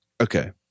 Okay